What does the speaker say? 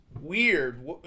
weird